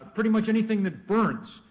pretty much anything that burns,